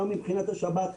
גם מבחינת השב"כ,